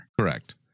Correct